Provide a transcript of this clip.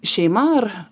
šeima ar